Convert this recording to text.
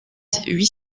huit